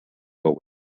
while